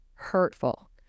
hurtful